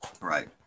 Right